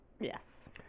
Yes